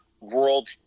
world